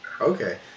Okay